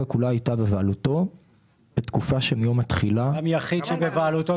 כולה הייתה בבעלותו --- גם יחיד שבבעלותו.